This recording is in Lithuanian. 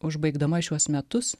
užbaigdama šiuos metus